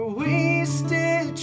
wasted